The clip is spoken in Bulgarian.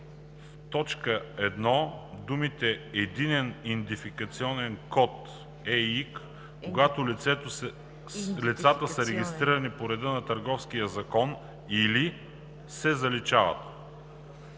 В т. 1 думите „Единен идентификационен код (ЕИК), когато лицата са регистрирани по реда на Търговския закон, или“ се заличават.